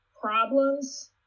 problems